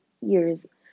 years